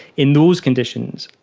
in those conditions,